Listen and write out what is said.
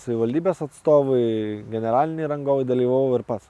savivaldybės atstovai generaliniai rangovai dalyvavau ir pats